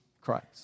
Christ